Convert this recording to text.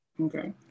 Okay